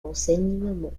enseignement